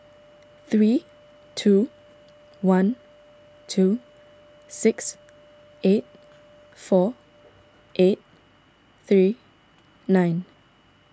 three two one two six eight four eight three nine